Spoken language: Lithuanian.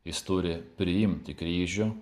jis turi priimti kryžių